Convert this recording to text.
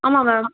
ஆமாம் மேம்